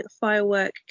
firework